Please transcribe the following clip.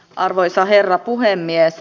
arvoisa herra puhemies